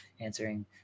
answering